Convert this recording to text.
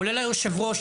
כולל היושב-ראש.